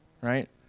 right